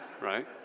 right